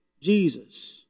Jesus